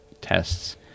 tests